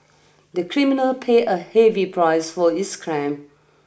the criminal paid a heavy price for his crime